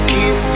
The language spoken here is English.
Keep